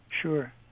Sure